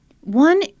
One